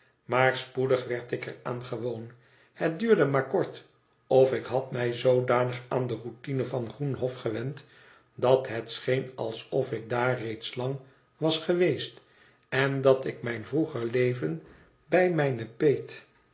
maar spoedig werd ik er aan gewoon het duurde maar kort of ik had mij zoodanig aan de routine van groenhof gewend dat het scheen alsof ik daar reeds lang was geweest en dat ik mijn vroeger leven bij mijne peet